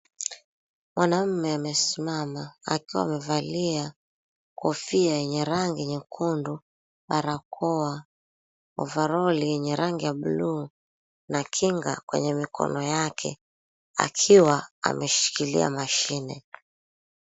Mwanaume amesimama akiwa amevalia kofia yenye rangi nyekundu, barakoa, ovaroli yenye rangi ya buluu na kinga kwenye mikono yake akiwa ameshikilia mashine.